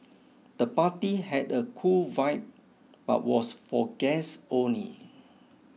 the party had a cool vibe but was for guests only